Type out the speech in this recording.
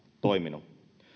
toiminut